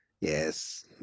yes